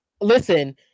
listen